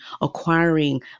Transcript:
acquiring